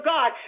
God